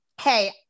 hey